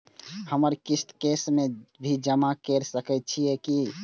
हमर किस्त कैश में भी जमा कैर सकै छीयै की?